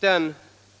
Den